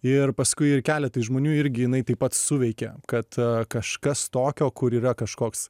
ir paskui ir keletui žmonių irgi jinai taip pat suveikė kad kažkas tokio kur yra kažkoks